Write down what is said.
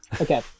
Okay